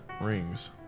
rings